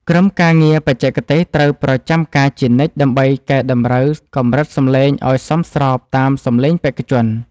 ក្រុមការងារបច្ចេកទេសត្រូវប្រចាំការជានិច្ចដើម្បីកែតម្រូវកម្រិតសម្លេងឱ្យសមស្របតាមសម្លេងបេក្ខជន។